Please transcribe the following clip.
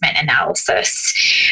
analysis